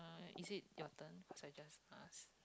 is it your turn so I just ask